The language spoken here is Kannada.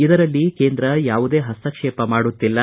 ಇದರಲ್ಲಿ ಕೇಂದ್ರ ಯಾವುದೇ ಹಸ್ತಕ್ಷೇಪ ಮಾಡುತ್ತಿಲ್ಲ